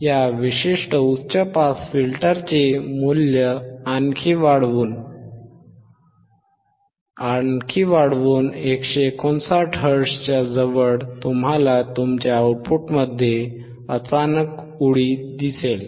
या विशिष्ट उच्च पास फिल्टरचे मूल्य आणखी वाढवून 159 हर्ट्झच्या जवळ तुम्हाला तुमच्या आउटपुटमध्ये अचानक उडी दिसेल